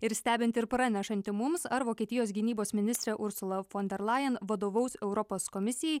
ir stebinti ir pranešanti mums ar vokietijos gynybos ministrė ursula fon der lajen vadovaus europas komisijai